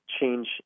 change